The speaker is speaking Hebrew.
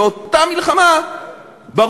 באותה מלחמה שלא הצליחו,